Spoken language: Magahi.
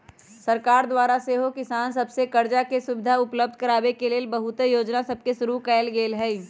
सरकार द्वारा सेहो किसान सभके करजा के सुभिधा उपलब्ध कराबे के लेल बहुते जोजना सभके शुरु कएल गेल हइ